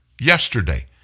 yesterday